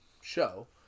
show